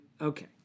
okay